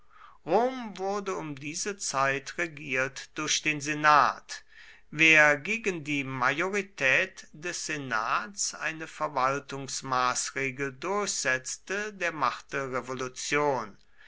wurde um diese zeit regiert durch den senat wer gegen die majorität des senats eine verwaltungsmaßregel durchsetzte der machte revolution